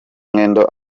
mwendo